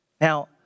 Now